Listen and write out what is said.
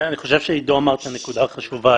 אני חושב שעידו אמר את הנקודה החשובה.